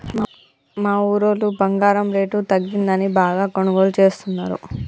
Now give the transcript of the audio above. మా ఊరోళ్ళు బంగారం రేటు తగ్గిందని బాగా కొనుగోలు చేస్తున్నరు